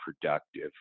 productive